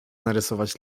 narysować